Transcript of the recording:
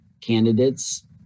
candidates